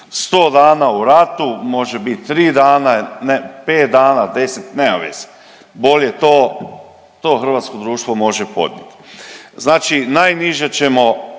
100 dana u ratu, može biti 3 dana, 5 dana, 10, nema veze. Bolje to, to hrvatsko društvo može podnijeti. Znači najniže ćemo